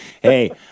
hey